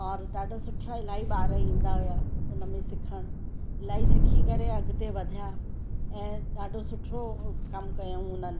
और ॾाढा सुठा इलाही ॿार ईंदा हुआ हुन में सिखणु इलाही सिखी करे अॻिते वधिया ऐं ॾाढो सुठो कमु कयूं हुननि